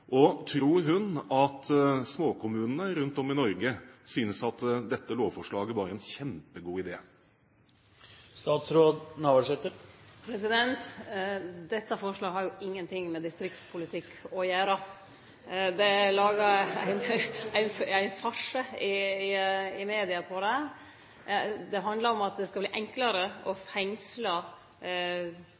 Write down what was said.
og tror hun at småkommunene rundt om i Norge synes at dette lovforslaget var en kjempegod idé? Dette forslaget har jo ingenting med distriktspolitikk å gjere. Det er laga ein farse i media på det. Det handlar om at det skal verte enklare å fengsle